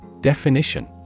Definition